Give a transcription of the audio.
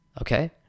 okay